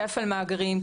כפל מאגרים,